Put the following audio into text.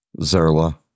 zerla